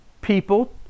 people